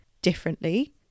differently